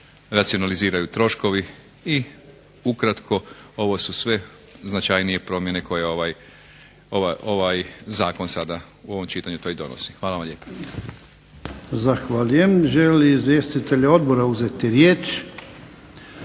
racionaliziraju troškovi. I ukratko ovo su sve značajnije promjene koje ovaj zakon sada u ovom čitanju donosi. Hvala vam lijepa. **Jarnjak, Ivan (HDZ)** Zahvaljujem. Žele li izvjestitelji odbora uzeti riječ?